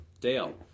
Dale